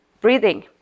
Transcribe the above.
breathing